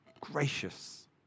gracious